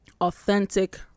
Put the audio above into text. authentic